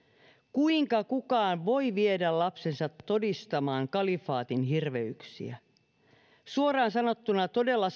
kuinka kukaan voi viedä lapsensa todistamaan kalifaatin hirveyksiä suoraan sanottuna todella